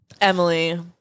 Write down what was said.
Emily